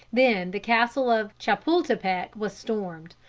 then the castle of chapultepec was stormed.